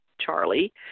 Charlie